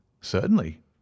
Certainly